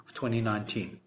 2019